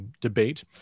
Debate